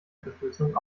verschlüsselung